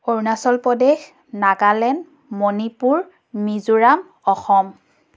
Arunachal Pradesh Nagaland Manipur Mizoram Assam